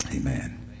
amen